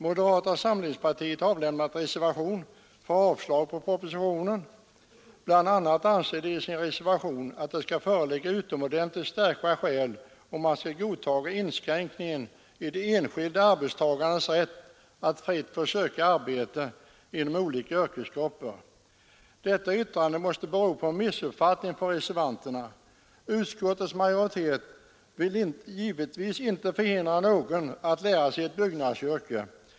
Moderata samlingspartiet har avlämnat reservation för avslag på propositionen. Bl. a. anser reservanterna att det skall föreligga utomordentligt starka skäl, om man skall godtaga inskränkningar i de enskilda arbetstagarnas rätt att fritt få söka arbete inom olika yrkesgrupper. Detta yttrande måste bero på en missuppfattning från reservanterna. Utskottets majoritet vill givetvis inte hindra någon att lära sig ett byggnadsyrke.